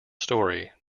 story